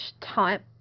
type